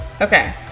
Okay